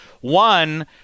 one